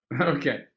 Okay